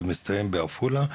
ומסתיים בעפולה,